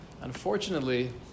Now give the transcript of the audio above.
Unfortunately